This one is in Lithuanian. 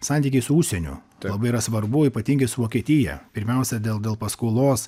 santykiai su užsieniu labai yra svarbu ypatingai su vokietija pirmiausia dėl dėl paskolos